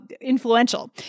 influential